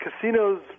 casinos